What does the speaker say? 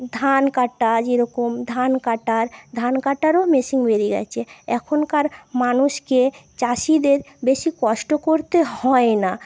ধান কাটা যেরকম ধান কাটার ধান কাটারও মেশিন বেরিয়ে গেছে এখনকার মানুষকে চাষিদের বেশি কষ্ট করতে হয়না